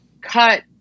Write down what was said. cut